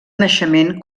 naixement